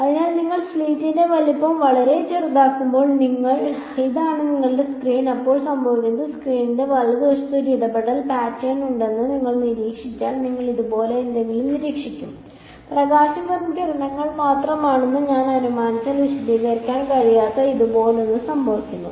അതിനാൽ നിങ്ങൾ സ്ലിറ്റിന്റെ വലുപ്പം വളരെ ചെറുതാക്കുമ്പോൾ ഇതാണ് നിങ്ങളുടെ സ്ക്രീൻ അപ്പോൾ സംഭവിക്കുന്നത് സ്ക്രീനിന്റെ വലതുവശത്ത് ഒരു ഇടപെടൽ പാറ്റേൺ ഉണ്ടെന്ന് നിങ്ങൾ നിരീക്ഷിച്ചാൽ നിങ്ങൾ ഇതുപോലെ എന്തെങ്കിലും നിരീക്ഷിക്കും പ്രകാശം വെറും കിരണങ്ങൾ മാത്രമാണെന്ന് ഞാൻ അനുമാനിച്ചാൽ വിശദീകരിക്കാൻ കഴിയാത്ത ഇതുപോലൊന്ന് സംഭവിക്കുന്നു